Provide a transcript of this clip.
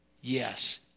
Yes